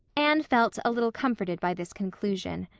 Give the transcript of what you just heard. anne felt a little comforted by this conclusion.